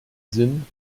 sinn